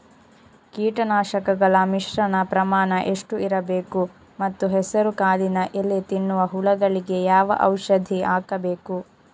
ಕೀಟನಾಶಕಗಳ ಮಿಶ್ರಣ ಪ್ರಮಾಣ ಎಷ್ಟು ಇರಬೇಕು ಮತ್ತು ಹೆಸರುಕಾಳಿನ ಎಲೆ ತಿನ್ನುವ ಹುಳಗಳಿಗೆ ಯಾವ ಔಷಧಿ ಹಾಕಬೇಕು?